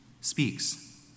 speaks